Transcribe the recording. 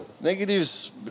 Negatives